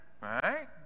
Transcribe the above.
right